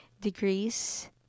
degrees